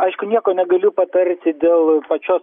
aišku nieko negaliu patarti dėl pačios